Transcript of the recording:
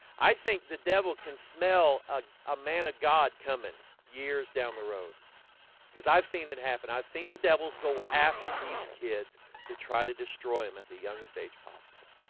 i think the devil can smell a ah man of god coming years down the road because i've seen it happen. i've seen the devil's go after these kids to try to destroy him at the youngest age possible